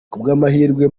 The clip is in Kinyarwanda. kubw’amahirwe